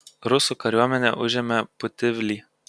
rusų kariuomenė užėmė putivlį